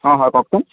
অঁ হয় কওকচোন